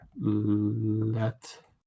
Let